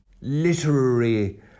literary